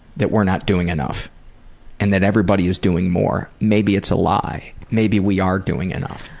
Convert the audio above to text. that we're not doing enough and that everybody is doing more, maybe it's a lie, maybe we are doing enough.